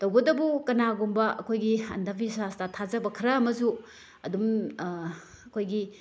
ꯇꯧꯕꯇꯕꯨ ꯀꯅꯥꯒꯨꯝꯕ ꯑꯩꯈꯣꯏꯒꯤ ꯑꯟꯙ ꯕꯤꯁꯋꯥꯁꯇ ꯊꯥꯖꯕ ꯈꯔ ꯑꯃꯁꯨ ꯑꯗꯨꯝ ꯑꯩꯈꯣꯏꯒꯤ